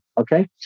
okay